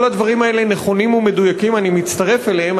כל הדברים האלה נכונים ומדויקים, אני מצטרף אליהם.